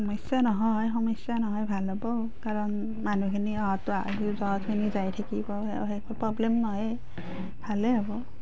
সমস্যা নহয় সমস্যা নহয় ভাল হ'ব কাৰণ মানুহখিনি অহাতো আহি থকাখিনি যাই থাকিব আৰু একো প্ৰব্লেম নহয়েই ভালেই হ'ব